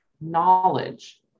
knowledge